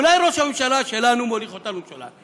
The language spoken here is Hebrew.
אולי ראש הממשלה שלנו מוליך אותנו שולל?